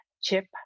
chip